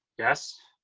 yes.